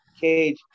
Cage